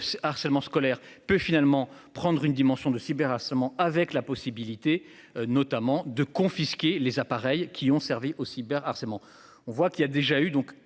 harcèlement scolaire peut finalement prendre une dimension de cyberharcèlement, avec la possibilité, notamment de confisquer les appareils qui ont servi au cyber, harcèlement, on voit qu'il y a déjà eu donc